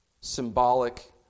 symbolic